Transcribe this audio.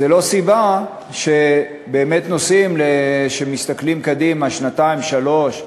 זאת לא סיבה שבאמת נושאים שמסתכלים בהם שנתיים-שלוש קדימה,